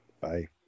Bye